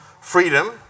freedom